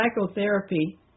psychotherapy